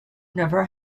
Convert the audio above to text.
never